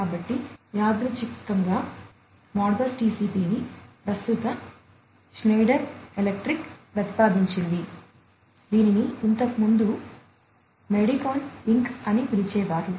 కాబట్టి యాదృచ్ఛికంగా మోడ్బస్ టిసిపిని ప్రస్తుత ష్నైడర్ ఎలక్ట్రిక్ అని పిలిచేవారు